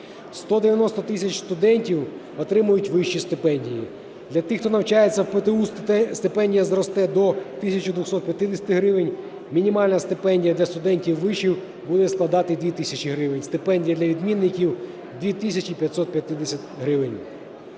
190 тисяч студентів отримують вищі стипендії. Для тих, хто навчається в ПТУ стипендія зросте до 1 тисячі 250 гривень, мінімальна стипендія для студентів вишів буде складати – 2 тисячі гривень, стипендія для відмінників – 2 тисячі 550 гривень.